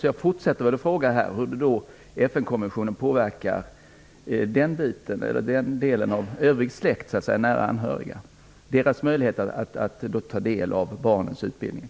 Jag vill därför fortsätta med en fråga om hur FN-konventionen påverkar den övriga släktens och övriga nära anhörigas möjligheter att t.ex. informera sig om barnens utbildning.